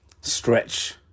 stretch